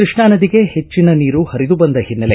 ಕೃಷ್ಣಾ ನದಿಗೆ ಹೆಚ್ಚನ ನೀರು ಹರಿದುಬಂದ ಹಿನ್ನೆಲೆ